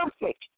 perfect